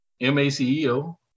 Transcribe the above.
M-A-C-E-O